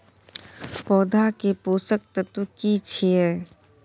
पौधा के पोषक तत्व की छिये?